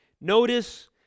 Notice